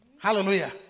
Hallelujah